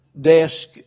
desk